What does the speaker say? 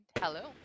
hello